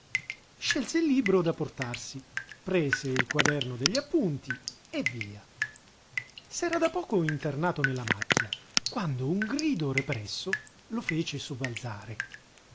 scelse il libro da portarsi prese il quaderno degli appunti e via s'era da poco internato nella macchia quando un grido represso lo fece sobbalzare